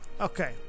Okay